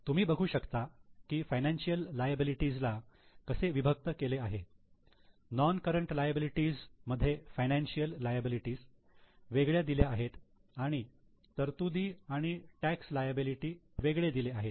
तुम्ही बघू शकता की फायनान्शियल लायबिलिटीजला कसे विभक्त केले आहे नोन करंट लायबिलिटी मध्ये फायनान्शियल लायबिलिटी वेगळ्या दिल्या आहेत आणि तरतुदी आणि टॅक्स लियाबिलिटी वेगळे दिले आहेत